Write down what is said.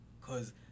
cause